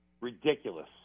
Ridiculous